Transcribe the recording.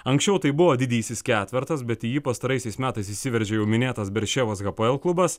anksčiau tai buvo didysis ketvertas bet į jį pastaraisiais metais įsiveržė jau minėtas berševas hapoel klubas